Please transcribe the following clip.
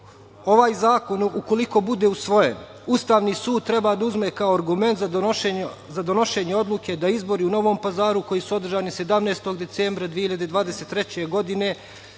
zakon ukoliko bude usvojen Ustavni sud treba da uzme kao argument za donošenje odluke da izbori u Novom Pazaru koji su održani 17. decembra 2023. godine,